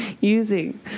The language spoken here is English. using